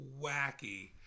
wacky